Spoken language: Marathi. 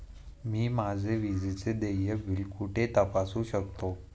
मी माझे विजेचे देय बिल कुठे तपासू शकते?